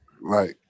Right